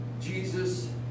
Jesus